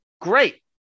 great